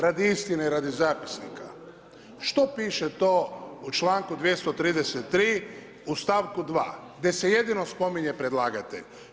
Radi istine i radi zapisnika, što piše to, u čl. 233. u stavku 2. gdje se jedino spominje predlagatelj?